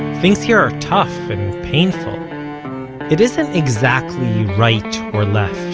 things here are tough, and painful it isn't exactly right or left.